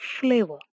flavor